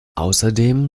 außerdem